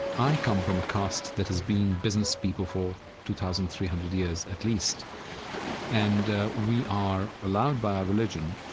i come from a caste that has been business people for two thousand three hundred years at least and we are allowed by our religion,